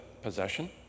possession